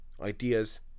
ideas